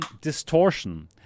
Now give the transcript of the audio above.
distortion